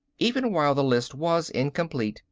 even while the list was incomplete,